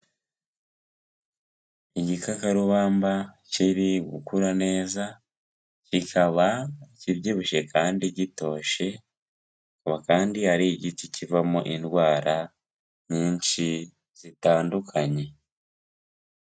Igikakarubamba kiri gukura neza, kikaba kibyibushye kandi gitoshye, akaba kandi ari igiti kivamo indwara nyinshi ,zitandukanye.